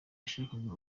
yashakaga